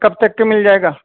کب تک کے مل جائے گا